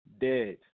dead